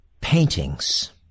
paintings